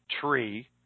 tree